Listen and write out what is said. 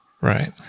Right